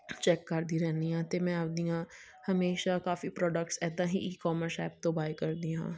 check ਕਰਦੀ ਰਹਿੰਦੀ ਹਾਂ ਅਤੇ ਮੈਂ ਆਪਦੀਆਂ ਹਮੇਸ਼ਾ ਕਾਫੀ ਪ੍ਰੋਡਕਟਸ ਇੱਦਾਂ ਹੀ ਈ ਕੋਮਰਸ ਐਪ ਤੋਂ ਬਾਏ ਕਰਦੀ ਹਾਂ